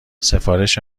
سفارش